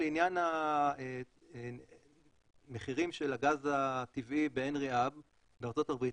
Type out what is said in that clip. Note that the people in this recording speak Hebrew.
לעניין המחירים של הגז הטבעי ב- Henry hubבארצות הברית.